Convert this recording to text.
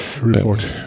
report